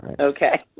Okay